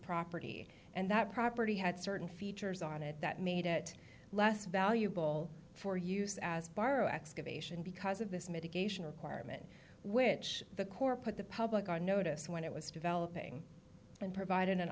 property and that property had certain features on it that made it less valuable for use as borrow excavation because of this mitigation requirement which the corps put the public on notice when it was developing and provid